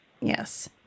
yes